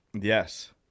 Yes